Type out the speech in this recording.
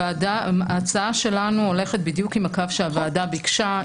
ההצעה שלנו הולכת בדיוק עם הקו שהוועדה ביקשה.